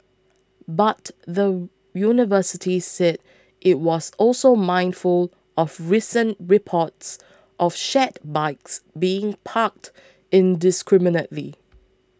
but the university said it was also mindful of recent reports of shared bikes being parked indiscriminately